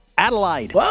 Adelaide